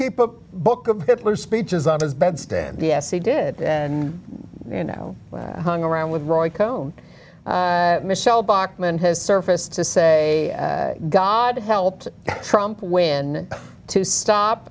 keep a book of hitler speeches on his bed stand yes he did and you know hung around with roy cohn michele bachmann has surfaced to say d god helped trump when to stop